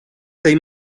tej